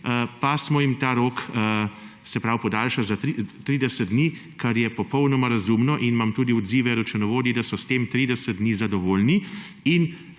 smo jim ta rok podaljšali za 30 dni, kar je popolnoma razumno. Imam tudi odzive računovodij, da so s tem 30 dni zadovoljni.